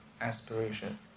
aspiration